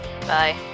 Bye